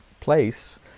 place